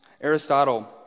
Aristotle